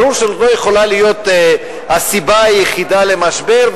ברור שזאת לא יכולה להיות הסיבה היחידה למשבר,